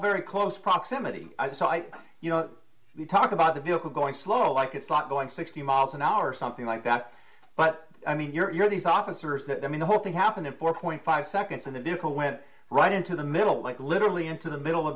very close proximity so i you know we talk about the vehicle going slow like it's not going sixty miles an hour or something like that but i mean you're these officers that i mean the whole thing happened in four five seconds and the vehicle went right into the middle like literally into the middle of